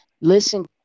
listen